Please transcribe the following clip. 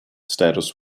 status